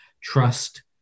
trust